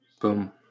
Boom